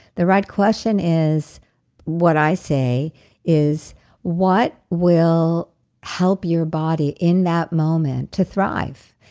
the right question is what i say is what will help your body in that moment to thrive?